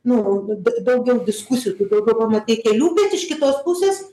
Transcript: nu d dau daugiau diskusijų tu daugiau pamatai kelių bet iš kitos pusės